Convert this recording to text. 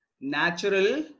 natural